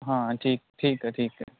ਹਾਂ ਠੀਕ ਠੀਕ ਹੈ ਠੀਕ ਹੈ